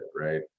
right